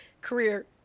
career